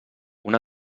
una